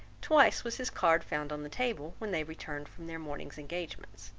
twice was his card found on the table, when they returned from their morning's engagements.